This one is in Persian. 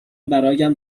برایم